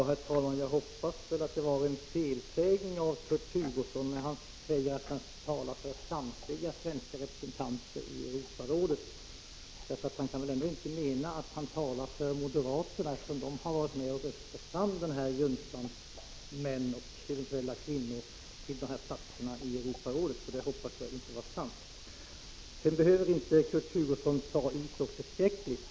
Herr talman! Jag hoppas att det var en felsägning när Kurt Hugosson sade att han talade för samtliga svenska representanter i Europarådet. Han kan väl ändå inte mena att han talade för moderaterna, eftersom de har varit med och röstat fram juntans män och eventuella kvinnor till platserna i Europarådet. Jag hoppas därför att det Kurt Hugosson sade inte var sant. Kurt Hugosson behöver inte ta i så förskräckligt.